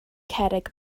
cerrig